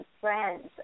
friends